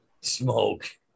smoke